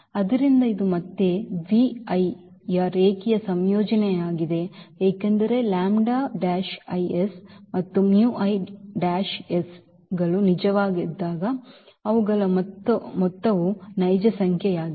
ಆದ್ದರಿಂದ ಇದು ಮತ್ತೆ ಯ ರೇಖೀಯ ಸಂಯೋಜನೆಯಾಗಿದೆ ಏಕೆಂದರೆ 's ಮತ್ತು 's ಗಳು ನಿಜವಾಗಿದ್ದಾಗ ಅವುಗಳ ಮೊತ್ತವೂ ನೈಜ ಸಂಖ್ಯೆಯಾಗಿದೆ